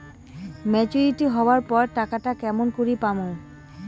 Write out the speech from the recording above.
Maturity হবার পর টাকাটা কেমন করি পামু?